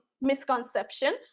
misconception